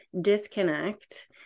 disconnect